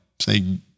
say